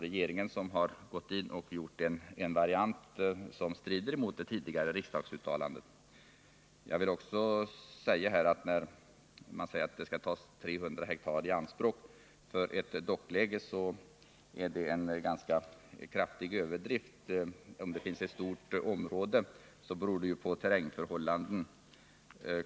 Regeringen har gått in och gjort en variant, som strider mot ett tidigare riksdagsuttalande. Det sägs att 300 ha skall tas i anspråk för ett dockläge. Det är en ganska kraftig överdrift. Att det är ett stort område beror på terrängförhållandena.